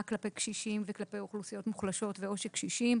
כלפי קשישים וכלפי אוכלוסיות מוחלשות ועושק קשישים